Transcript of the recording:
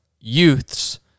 youths